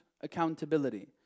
accountability